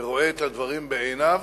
ורואה את הדברים בעיניו,